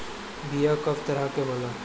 बीया कव तरह क होला?